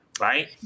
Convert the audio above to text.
Right